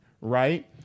right